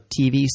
TV